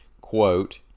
quote